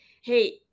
hey